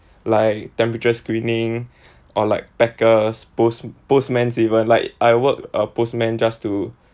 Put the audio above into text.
like temperature screening or like packers post postmans even like I work a postman just to